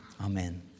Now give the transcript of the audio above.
Amen